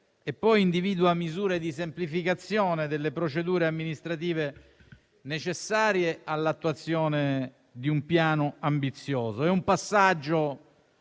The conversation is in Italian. e individua misure di semplificazione delle procedure amministrative, necessarie all'attuazione di un piano ambizioso. Si tratta di